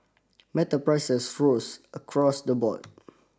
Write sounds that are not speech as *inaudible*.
*noise* metal prices rose across the board